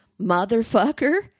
motherfucker